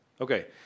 okay